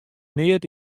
neat